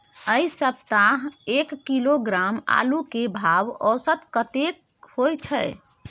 ऐ सप्ताह एक किलोग्राम आलू के भाव औसत कतेक होय छै?